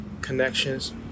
connections